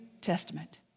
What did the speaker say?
Testament